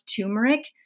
turmeric